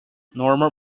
normal